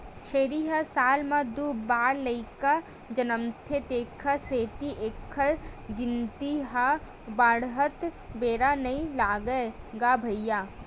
छेरी ह साल म दू बार लइका जनमथे तेखर सेती एखर गिनती ह बाड़हत बेरा नइ लागय गा भइया